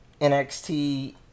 NXT